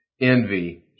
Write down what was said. envy